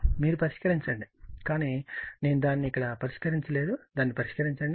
మీరు పరిష్కరించండి కానీ నేను దాన్ని ఇక్కడ పరిష్కరించలేదు దాన్ని పరిష్కరించండి